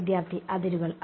വിദ്യാർത്ഥി അതിരുകൾ